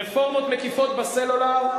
רפורמות מקיפות בסלולר,